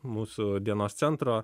mūsų dienos centro